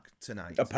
tonight